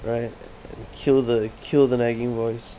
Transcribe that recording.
right kill the kill the nagging voice